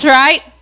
right